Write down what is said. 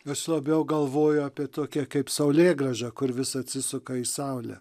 vis labiau galvoju apie tokią kaip saulėgrąžą kur vis atsisuka į saulę